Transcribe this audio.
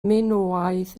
minoaidd